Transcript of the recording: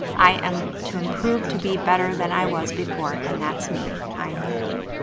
i am to improve to be better than i was before and that's me. i'm free.